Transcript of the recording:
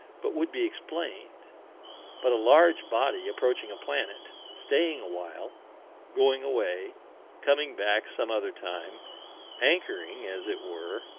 but would be explained but a large body approaching a planet staying awhile going away coming back some other time anchoring, as it were